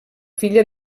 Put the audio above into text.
filla